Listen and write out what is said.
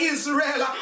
Israel